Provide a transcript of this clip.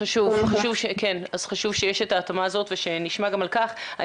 חשוב שיש את ההתאמה הזאת ושנשמע גם על כך.